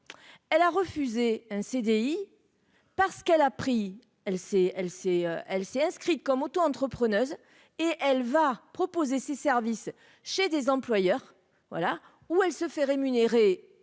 elle s'est, elle, s'est elle s'est inscrite comme auto-entrepreneuse et elle va proposer ses services chez des employeurs, voilà où elle se fait rémunérer